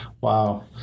Wow